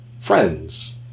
Friends